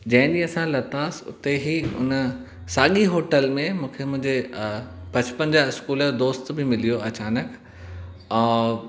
जंहिं ॾींहुं असां लथास उते ई उन साॻी होटल में मूंखे मुंहिंजे बचपन जा स्कूल जो दोस्त बि मिली वियो अचानक ऐं